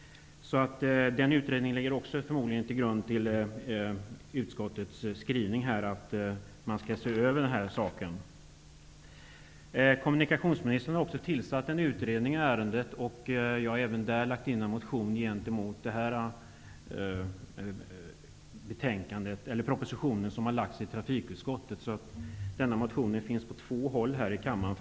Den utredningen ligger förmodligen också till grund för utskottets skrivning om att man skall se över saken. Kommunikationsministern har också tillsatt en utredning i ärendet, och jag har även väckt en motion i anslutning till propositionen som lagts fram i trafikutskottet. Motionen är alltså väckt på två håll. Herr talman!